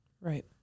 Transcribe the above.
Right